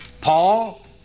Paul